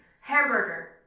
Hamburger